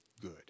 good